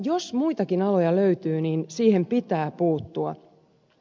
jos muitakin aloja löytyy niin siihen pitää puuttua